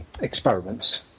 experiments